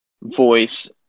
voice